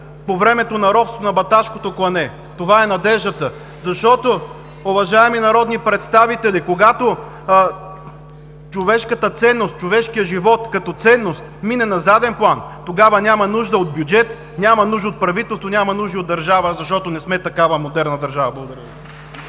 по времето на робство, на Баташкото клане! Това е надеждата! (Шум и реплики от ГЕРБ.) Защото, уважаеми народни представители, когато човешката ценност, човешкият живот като ценност, мине на заден план, тогава няма нужда от бюджет, няма нужда от правителство, няма нужда и от държава, защото не сме такава модерна държава. Благодаря